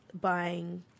buying